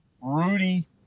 Rudy